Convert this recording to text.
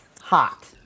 Hot